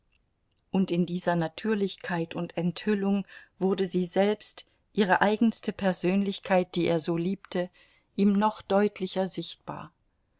und in dieser natürlichkeit und enthüllung wurde sie selbst ihre eigenste persönlichkeit die er so liebte ihm noch deutlicher sichtbar